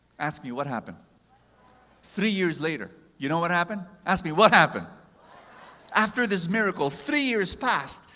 ask me what happened three years later. you know what happened? ask me what happened after this miracle, three years passed,